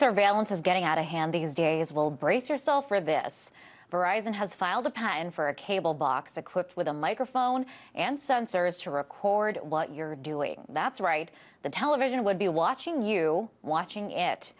surveillance is getting out of hand because de as well brace yourself for this verizon has filed a patent for a cable box equipped with a microphone and sensors to record what you're doing that's right the television would be watching you watching